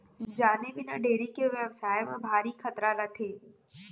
जाने बिना डेयरी के बेवसाय करे म भारी खतरा रथे